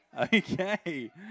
Okay